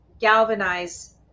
galvanize